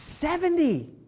Seventy